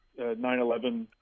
9-11